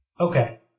Okay